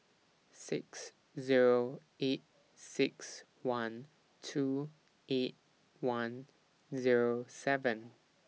six Zero eight six one two eight one Zero seven